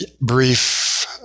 Brief